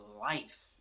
life